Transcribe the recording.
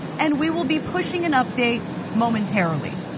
and we will be pushing an update momentarily.